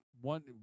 one